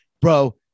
bro